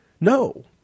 No